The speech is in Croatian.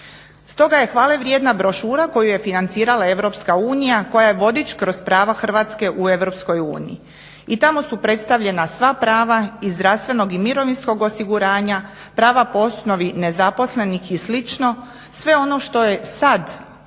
Stoga je hvale vrijedna brošura koju je financirala EU koja je vodič kroz prava Hrvatske u EU. I tamo su predstavljena sva prava iz zdravstvenog i mirovinskog osiguranja, prava po osnovi nezaposlenih i slično, sve ono što je sad aktualno